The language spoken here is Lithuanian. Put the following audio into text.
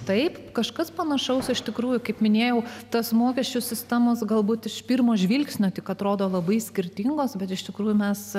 taip kažkas panašaus iš tikrųjų kaip minėjau tas mokesčių sistemos galbūt iš pirmo žvilgsnio tik atrodo labai skirtingos bet iš tikrųjų mes